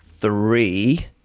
three